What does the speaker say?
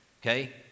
okay